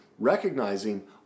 recognizing